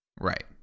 right